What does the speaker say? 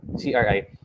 CRI